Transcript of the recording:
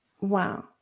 Wow